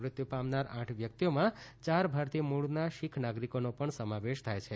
મૃત્યુ પામનાર આઠ વ્યક્તિઓમાં ચાર ભારતીય મૂળના શીખ નાગરિકોનો પણ સમાવેશ થાય છે